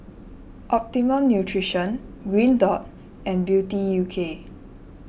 Optimum Nutrition Green Dot and Beauty U K